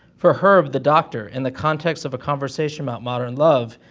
for herb, the doctor, in the context of a conversation about modern love,